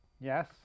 Yes